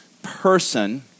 person